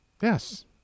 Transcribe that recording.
Yes